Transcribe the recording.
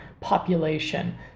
population